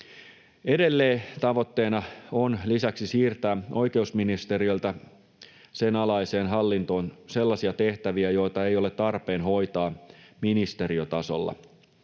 Edelleen tavoitteena on lisäksi siirtää oikeusministeriöltä sen alaiseen hallintoon sellaisia tehtäviä, joita ei ole tarpeen hoitaa ministeriötasolla,